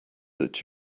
that